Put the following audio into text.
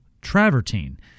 travertine